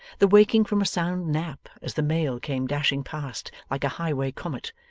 the waking from a sound nap as the mail came dashing past like a highway comet,